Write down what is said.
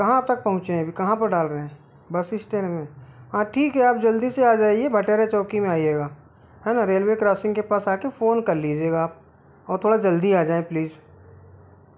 कहाँ तक पहुँचे हैं अभी कहाँ पर डाल रहें हैं बस स्टैंड में हाँ ठीक है आप जल्दी से आ जाइए बटेरा चौकी में आइएगा है न रेलवे क्रॉसिंग के पास आ कर फोन कर लीजिएगा आप और थोड़ा जल्दी आ जाएँ प्लीज़